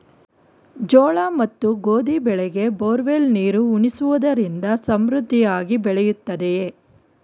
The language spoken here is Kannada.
ಜೋಳ ಮತ್ತು ಗೋಧಿ ಬೆಳೆಗೆ ಬೋರ್ವೆಲ್ ನೀರು ಉಣಿಸುವುದರಿಂದ ಸಮೃದ್ಧಿಯಾಗಿ ಬೆಳೆಯುತ್ತದೆಯೇ?